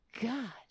God